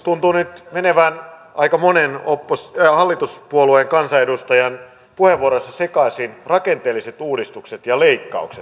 tuntuvat nyt menevän aika monen hallituspuolueen kansanedustajan puheenvuoroissa sekaisin rakenteelliset uudistukset ja leikkaukset